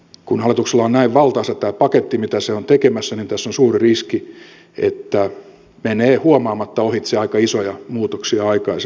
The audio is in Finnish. kun hallituksella on näin valtaisa tämä paketti mitä se on tekemässä niin tässä on suuri riski että menee huomaamatta ohitse aika isoja muutoksia aikaisempaan